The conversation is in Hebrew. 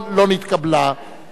לא נתקבלה.